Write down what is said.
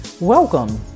Welcome